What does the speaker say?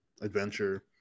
adventure